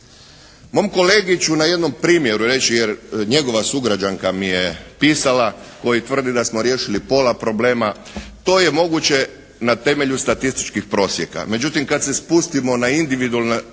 Mom kolegi ću na jednom primjeru reći jer njegova sugrađanka mi je pisala koji tvrdi da smo riješili pola problema. To je moguće na temelju statističkih prosjeka. Međutim, kad se spustimo na individualnu